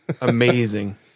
amazing